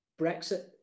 Brexit